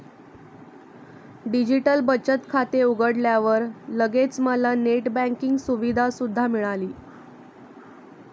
digital बचत खाते उघडल्यावर लगेच मला नेट बँकिंग सुविधा सुद्धा मिळाली